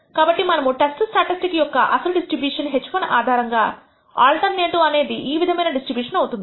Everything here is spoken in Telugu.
కాబట్టి మనము టెస్ట్ స్టాటిస్టిక్ యొక్క అసలు డిస్ట్రిబ్యూషన్ h1 ఆధారంగా ఆల్టర్నేటివ్ అనేది ఈ విధమైన డిస్ట్రిబ్యూషన్ అవుతుంది